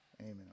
amen